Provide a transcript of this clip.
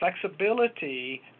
flexibility